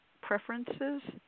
preferences